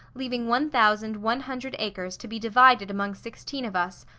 leaving one thousand one hundred acres to be divided among sixteen of us,